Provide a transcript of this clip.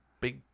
big